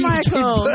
Michael